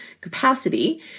capacity